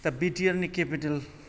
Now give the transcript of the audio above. दा बि ति आरनि केपितेल